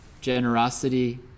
Generosity